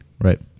Right